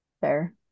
fair